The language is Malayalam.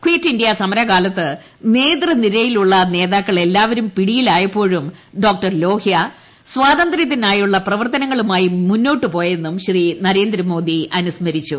കിറ്റ് ഇന്ത്യ സമര കാലത്ത് നേതൃനിരയിലുള്ള നേതാക്കൾ എല്ലാവരും പിടിയിലായപ്പോഴും ഡോ ലോഹ്യ സ്വാതന്ത്ര്യത്തിനായുള്ള പ്രവർത്തനങ്ങളുമായി മുന്നോട്ട് പോയതെന്നും ശ്രീ നരേന്ദ്രമോദി അനുസ്മരിച്ചു